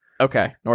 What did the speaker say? Okay